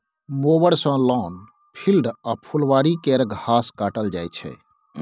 mower सँ lawn, field आ फुलबारी केर घास काटल जाइ छै